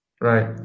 Right